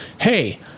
hey